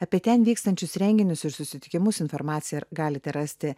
apie ten vykstančius renginius ir susitikimus informaciją ra galite rasti